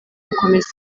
gukomeza